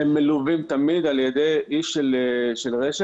הם מלווים תמיד על ידי איש של רש"ת,